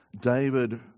David